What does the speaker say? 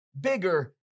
bigger